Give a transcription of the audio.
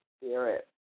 spirit